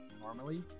normally